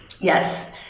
yes